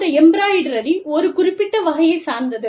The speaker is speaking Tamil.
அந்த எம்பிராய்டரி ஒரு குறிப்பிட்ட வகையைச் சார்ந்தது